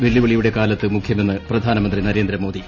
വെല്ലുവിളിയുടെ കാലത്ത് മൂഖ്യ്മെന്ന് പ്രധാനമന്ത്രി നരേന്ദ്ര മോദി